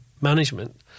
management